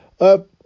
up